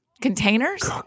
containers